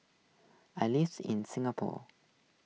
I lives in Singapore